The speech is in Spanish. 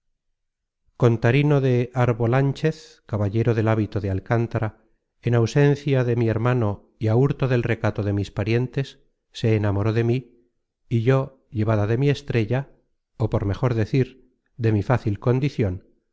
playa contarino de arbolánchez caballero del hábito de alcántara en ausencia de mi hermano y á hurto del recato de mis parientes se enamoró de mí y yo llevada de mi estrella ó por mejor decir de mi fácil condicion